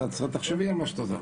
אז תחשבי על מה שאת עושה.